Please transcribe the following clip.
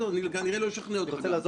אני כנראה לא אשכנע אותך.